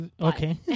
Okay